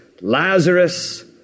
Lazarus